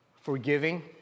forgiving